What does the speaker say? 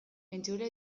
entzule